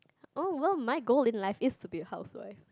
oh well my goal in life is to be a housewife